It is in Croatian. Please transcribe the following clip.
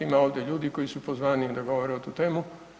Ima ovdje ljudi koji su pozvaniji da govore na tu temu.